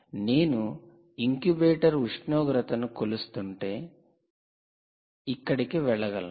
నేను ఇంక్యుబేటర్ ఉష్ణోగ్రతను కొలుస్తుంటే ఇక్కడికి వెళ్ళగలను